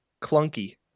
clunky